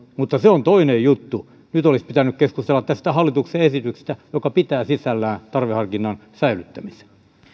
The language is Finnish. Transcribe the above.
mutta se on toinen juttu nyt olisi pitänyt keskustella tästä hallituksen esityksestä joka pitää sisällään tarveharkinnan säilyttämisen